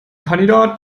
kandidat